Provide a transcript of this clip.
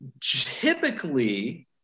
typically